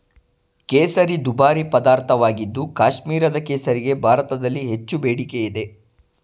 ಕೇಸರಿ ದುಬಾರಿ ಪದಾರ್ಥವಾಗಿದ್ದು ಕಾಶ್ಮೀರದ ಕೇಸರಿಗೆ ಭಾರತದಲ್ಲಿ ಹೆಚ್ಚು ಬೇಡಿಕೆ ಇದೆ